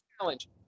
challenge